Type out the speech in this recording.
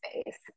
space